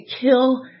kill